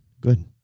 Good